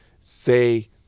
say